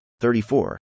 34